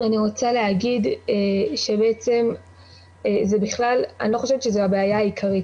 אני רוצה להגיד שאני לא חושבת שזו הבעיה העיקרית.